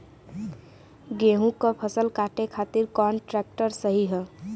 गेहूँक फसल कांटे खातिर कौन ट्रैक्टर सही ह?